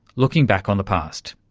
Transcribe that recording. looking back on the past.